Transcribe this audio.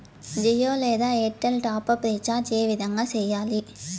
జియో లేదా Airtel top up recharge ఏ విధంగా సేయాలి